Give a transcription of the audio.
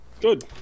Good